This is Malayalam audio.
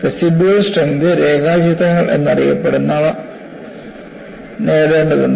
റസിഡ്യൂവൽ സ്ട്രെങ്ത് രേഖാചിത്രങ്ങൾ എന്നറിയപ്പെടുന്നവ നേടേണ്ടതുണ്ട്